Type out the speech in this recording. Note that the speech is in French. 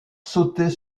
sauter